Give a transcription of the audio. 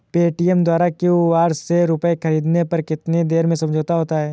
Paytm द्वारा QR से रूपए ख़रीदने पर कितनी देर में समझौता होता है?